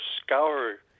scour